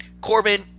Corbin